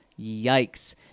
Yikes